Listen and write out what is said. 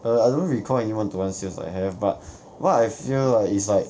err I don't recall any one to one sales I have but what I feel like is like